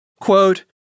Quote